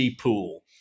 pool